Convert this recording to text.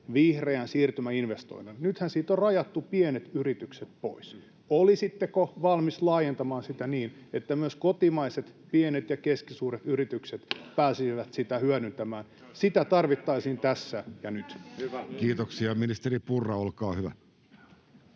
vihreän siirtymän investoinneille — nythän siitä on rajattu pienet yritykset pois — laajennettaisiin niin, että myös kotimaiset pienet ja keskisuuret yritykset pääsisivät sitä hyödyntämään? Sitä tarvittaisiin tässä ja nyt. Kiitoksia. — Ministeri Purra, olkaa hyvä.